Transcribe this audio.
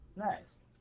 nice